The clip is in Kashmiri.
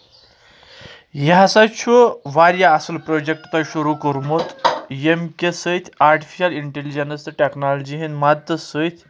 یہِ ہسا چھُ واریاہ اَصل پروجکٹ تۄہہِ شروٗع کوٚرمُت ییٚمہِ کہِ سۭتۍ آرٹفشل اِنٹیلجنس تہٕ ٹیکنالجی ہٕنٛدۍ مَدتہٕ سۭتۍ